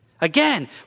Again